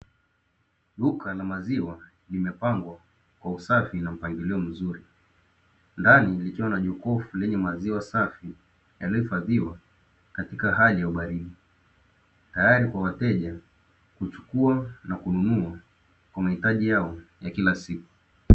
Duka la maziwa limepangwa kwa usafi na mpangilio mzuri. Ndani, likiwa na jokofu lenye maziwa safi yaliyo hifadhiwa katika hali ya ubaridi, tayari kwa wateja kuchukua na kununua kwa mahitaji yao ya kila siku.